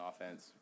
offense